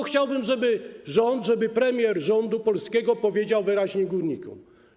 Chciałbym, żeby rząd, żeby premier rządu polskiego powiedział to wyraźnie górnikom.